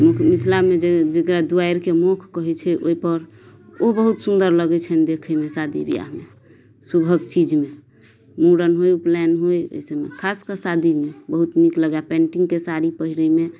मुख्य मिथिलामे जे जेकरा दुआरि के मुख कहै छै ओहिपर ओ बहुत सुन्दर लगै छनि देखैमे शादी विवाहमे शुभक चीजमे मूड़न होइ उपनायन होय इ ओहिसबमे खास कऽ शादीमे बहुत नीक लगैया पेंटिंगके साड़ी पहिरैमे